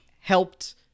helped